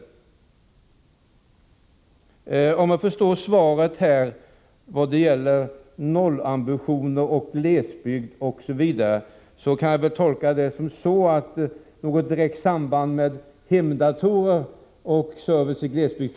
Som jag förstår svaret vad gäller nollambitioner, glesbygd osv. finns det knappast något direkt samband mellan hemdatorer och service i glesbygd.